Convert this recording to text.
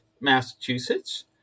Massachusetts